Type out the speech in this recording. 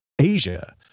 Asia